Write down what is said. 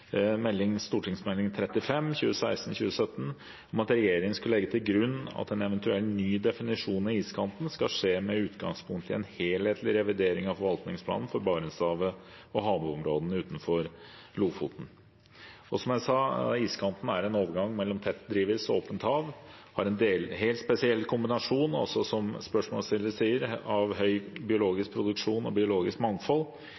om at regjeringen skulle legge til grunn at en eventuell ny definisjon av iskanten skal skje med utgangspunkt i en helhetlig revidering av forvaltningsplanen for Barentshavet og havområdene utenfor Lofoten. Som jeg sa: Iskanten er en overgang mellom tett drivis og åpent hav og har en helt spesiell kombinasjon, som også spørsmålsstilleren sier, av høy biologisk produksjon og biologisk mangfold.